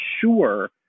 sure